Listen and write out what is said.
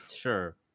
Sure